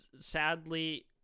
sadly